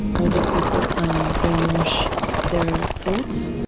older people and brainwash their thoughts.